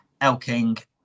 Elking